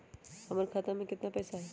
हमर खाता में केतना पैसा हई?